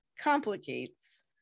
complicates